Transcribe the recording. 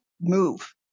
move